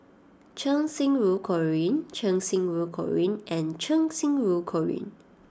Cheng Xinru Colin Cheng Xinru Colin and Cheng Xinru Colin